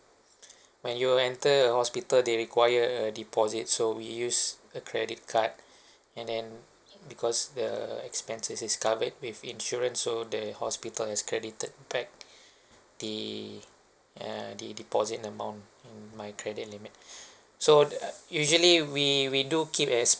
when you enter a hospital they require a deposit so we used the credit card and then because the expenses is covered with insurance so the hospital has credited back the uh the deposit amount mm my credit limit so usually we we do keep a